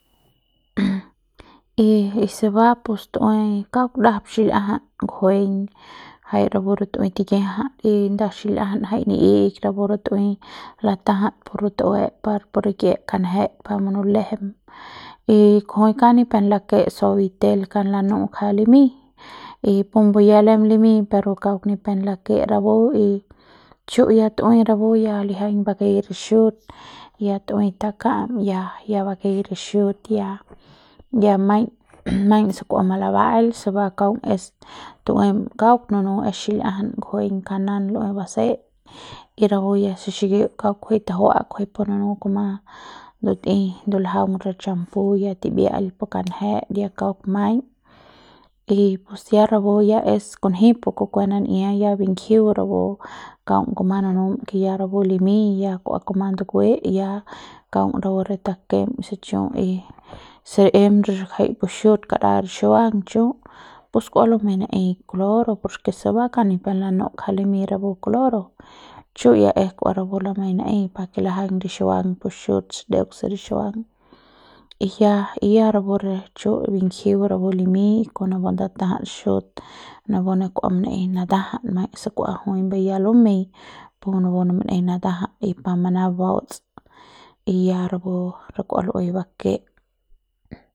y se ba pus tu'ui kauk ndajap xil'iajat nguejeiñ jai rapu re tu'ui tikia'jat y nda xil'iajat jai ni'ikj rapu re tu'ui lata'jat pu rut'ue par pu rik'ie kanjet par munulejem y kujui kauk ni pep lake suavitel kauk ni pep lanu'u ja limiñ y pumbu ya lem limiñ pero kauk ni pep lake rapu y chu' ya tu'ui rapu ya lijiaiñ bakei rapu re xut y ya tu'u takam ya ya bakei re xut ya ya maiñ maiñ se kua malaba'ail se ba kaung es tu'uem kauk nunu xil'iajan nguejeiñ kanan lu'ui baseik y rapu ya se xikiu kauk kujui tajua'a kujui pu nunu kuma nduljau re champoo ya tibia'al pu kanjet ya kauk maiñ y pus ya rapu ya es kunji pu kukue nan'ia ya bingjiu rapu kaung kuma nunum ke ya rapu limiñ ya kua kuma ndukue y ya kaung rapu re takem se chu y se em re xut kara rixuang chu pus k'ua lumei na'eiñ cloro por ke se ba kauk ni pep lanu'u ja limiñ rapu cloro chu ya kua rapu lumei na'ei par ke lajaiñ rixuang pu xut deuk se rixuang y ya ya rapu re chu bingjiu rapu limiñ kon napu ndatajat xut napu ne kua mana'ei natajat maiñ se kua jui ya lumei pu napu ne mana'ei natajat y pa manabauts y ya rapu re kua lu'ui bake.